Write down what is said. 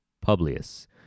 Publius